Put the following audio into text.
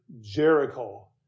Jericho